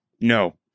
no